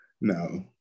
no